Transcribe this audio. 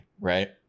right